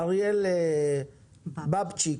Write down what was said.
אוריאל בבצ'יק,